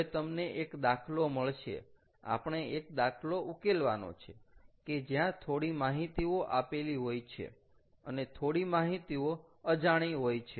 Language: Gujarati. હવે તમને એક દાખલો મળશે આપણે એક દાખલો ઉકેલવાનો છે કે જ્યાં થોડી માહિતીઓ આપેલી હોય છે અને થોડી માહિતીઓ અજાણી હોય છે